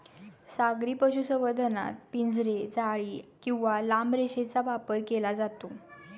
सागरी पशुसंवर्धनात पिंजरे, जाळी किंवा लांब रेषेचा वापर केला जातो